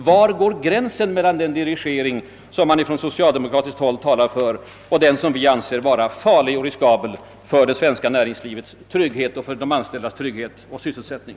Var går gränsen mellan den dirigering, som man på socialdemo kratiskt håll talar för, och den som vi anser vara riskabel för det svenska näringslivet och för de anställdas trygghet och sysselsättning?